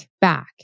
back